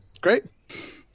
great